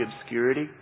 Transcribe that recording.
obscurity